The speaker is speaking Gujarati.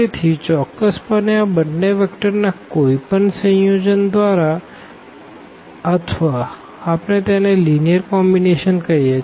તેથી ચોક્કસપણે આ બંને વેક્ટરના કોઈપણ સંયોજન દ્વારા અથવા આપણે તેને લીનીઅર કોમ્બીનેશન કહીએ છે